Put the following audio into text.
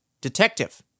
Detective